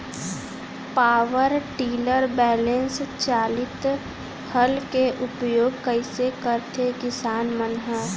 Power tiller balance चालित हल के उपयोग कइसे करथें किसान मन ह?